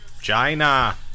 China